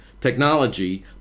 technology